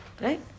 Right